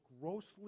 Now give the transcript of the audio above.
grossly